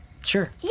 sure